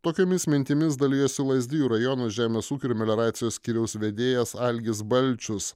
tokiomis mintimis dalijosi lazdijų rajono žemės ūkio ir melioracijos skyriaus vedėjas algis balčius